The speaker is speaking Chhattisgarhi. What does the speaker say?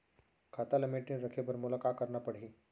खाता ल मेनटेन रखे बर मोला का करना पड़ही?